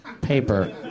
Paper